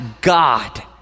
God